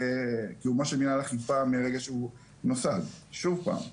קיומו של מנהל אכיפה מרגע שהוא נוסד שוב פעם.